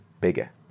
bigger